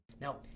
Now